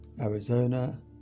Arizona